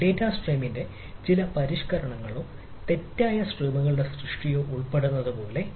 data സ്ട്രീമിന്റെ ചില പരിഷ്ക്കരണങ്ങളോ തെറ്റായ സ്ട്രീമുകളുടെ സൃഷ്ടിയോ ഉൾപ്പെടുന്നതുപോലെ